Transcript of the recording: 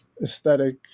aesthetic